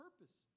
purpose